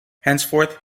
henceforth